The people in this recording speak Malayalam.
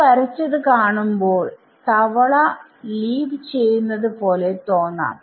ഈ വരച്ചത് കാണുമ്പോൾ തവള ലീപ് ചെയ്യുന്നത് പോലെ തോന്നാം